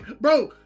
Bro